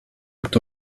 but